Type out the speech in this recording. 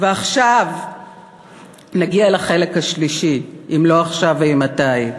ועכשיו נגיע אל החלק השלישי, "אם לא עכשיו אימתי"